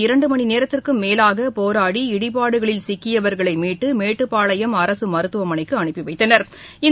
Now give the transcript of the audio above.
இரண்டுமணிநேரத்திற்கும் மேலாகபோராடி இடிபாடுகளில் சிக்கியவர்களைமீட்டு மேட்டுப்பாளையம் சுமார் அரசுமருத்துவமனைக்குஅனுப்பிவைத்தனா்